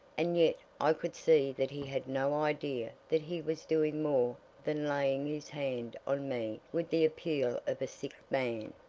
and yet i could see that he had no idea that he was doing more than laying his hand on me with the appeal of a sick man.